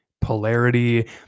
polarity